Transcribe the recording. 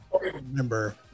remember